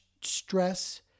stress